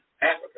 Africa